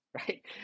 right